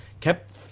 kept